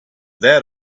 that